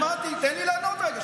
שמעתי, תן לי לענות רגע.